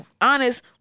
honest